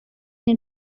nie